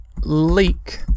leak